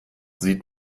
sieht